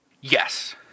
Yes